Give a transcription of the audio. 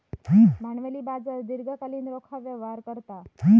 भांडवली बाजार दीर्घकालीन रोखा व्यवहार करतत